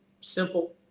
simple